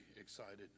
excited